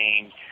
change